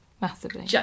Massively